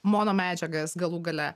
monomedžiagas galų gale